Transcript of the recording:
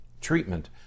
treatment